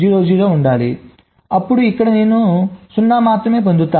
0 0 కూడా ఉండాలి అప్పుడు ఇక్కడ నేను 0 మాత్రమే పొందుతాను